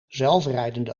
zelfrijdende